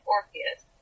Orpheus